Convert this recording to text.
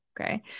Okay